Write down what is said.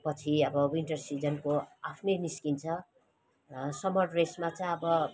पछि अब विन्टर सिजनको आफ्नै निस्किन्छ समर ड्रेसमा चाहिँ अब